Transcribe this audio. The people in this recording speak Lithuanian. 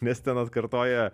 nes ten atkartoja